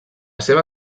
seva